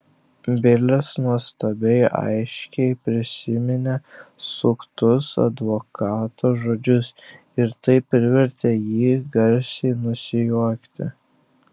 bilis nuostabiai aiškiai prisiminė suktus advokato žodžius ir tai privertė jį garsiai nusijuokti